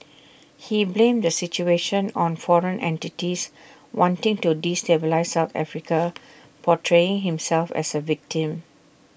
he blamed the situation on foreign entities wanting to destabilise south Africa portraying himself as A victim